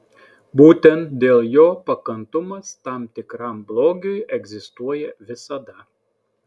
būtent dėl jo pakantumas tam tikram blogiui egzistuoja visada